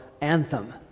anthem